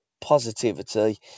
positivity